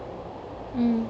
mm